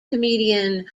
comedian